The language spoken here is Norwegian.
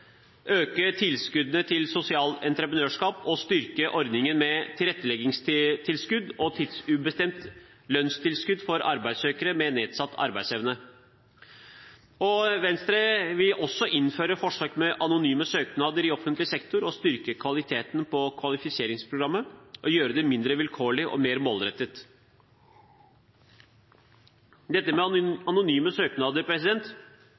øke tilskuddene til sosialt entreprenørskap og styrke ordningene med tilretteleggingstilskudd og tidsubestemt lønnstilskudd for arbeidssøkere med nedsatt arbeidsevne. Venstre vil også innføre forsøk med anonyme søknader i offentlig sektor og styrke kvaliteten på kvalifiseringsprogrammet ved å gjøre det mindre vilkårlig og mer målrettet.